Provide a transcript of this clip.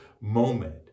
moment